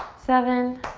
seven,